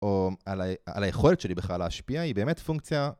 או על היכולת שלי בכלל להשפיע, היא באמת פונקציה.